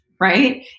right